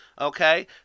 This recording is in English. okay